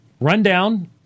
rundown